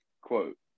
quote